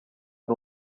ari